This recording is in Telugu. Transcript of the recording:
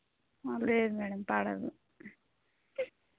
లేదు మేడం పడదు